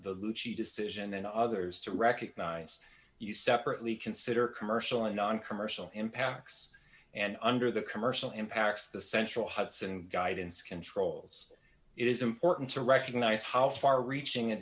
the decision and others to recognize you separately consider commercial and noncommercial impacts and under the commercial impacts the central hudson guidance controls it is important to recognize how far reaching a